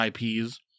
IPs